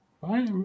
Bye